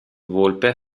volpe